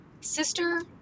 sister